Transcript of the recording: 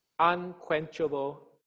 Unquenchable